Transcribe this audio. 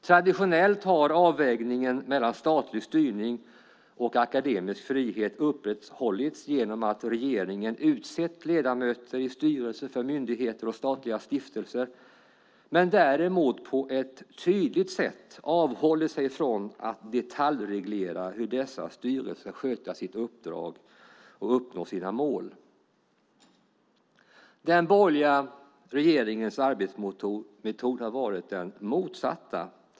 Traditionellt har avvägningen mellan statlig styrning och akademisk frihet upprätthållits genom att regeringen utsett ledamöter i styrelser för myndigheter och statliga stiftelser, men däremot på ett tydligt sätt avhållit sig från att detaljreglera hur dessa styrelser ska sköta sitt uppdrag och uppnå sina mål. Den borgerliga regeringens arbetsmetod har varit den motsatta.